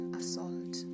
assault